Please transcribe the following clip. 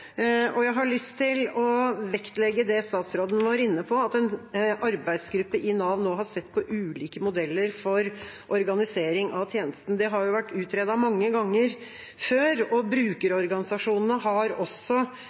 Jeg har lyst til å vektlegge det statsråden var inne på, at en arbeidsgruppe i Nav nå har sett på ulike modeller for organisering av tjenesten. Det har vært utredet mange ganger før, og brukerorganisasjonene har